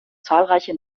zahlreiche